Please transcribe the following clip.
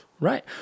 Right